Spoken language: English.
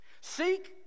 Seek